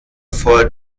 vor